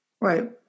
Right